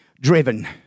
driven